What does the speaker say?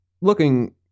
looking